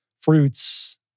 fruits